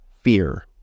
fear